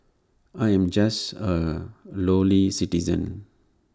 I am just A lowly citizen